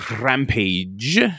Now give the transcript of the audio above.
Rampage